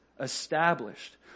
established